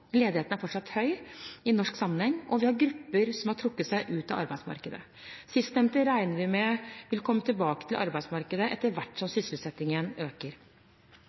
Ledigheten er fortsatt høy i norsk sammenheng, og vi har grupper som har trukket seg ut av arbeidsmarkedet. Sistnevnte regner vi med vil komme tilbake til arbeidsmarkedet etter hvert som sysselsettingen øker.